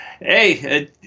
Hey